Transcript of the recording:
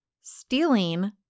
stealing